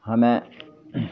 हमे